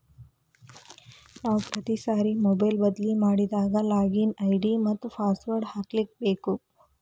ನಾವು ಪ್ರತಿ ಸಾರಿ ಮೊಬೈಲ್ ಬದ್ಲಿ ಮಾಡಿದಾಗ ಲಾಗಿನ್ ಐ.ಡಿ ಮತ್ತ ಪಾಸ್ವರ್ಡ್ ಹಾಕ್ಲಿಕ್ಕೇಬೇಕು